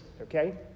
okay